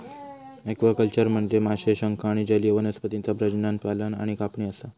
aquaculture म्हनजे माशे, शंख आणि जलीय वनस्पतींचा प्रजनन, पालन आणि कापणी असा